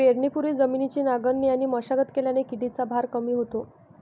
पेरणीपूर्वी जमिनीची नांगरणी आणि मशागत केल्याने किडीचा भार कमी होतो